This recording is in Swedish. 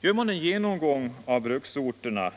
Vid en genomgång av de bruksorter